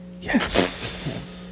Yes